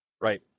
Right